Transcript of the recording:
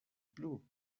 plu